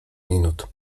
minut